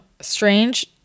strange